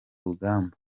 rugamba